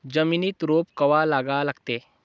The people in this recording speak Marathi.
जमिनीत रोप कवा लागा लागते?